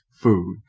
food